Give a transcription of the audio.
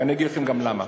ואני אגיד לכם גם למה.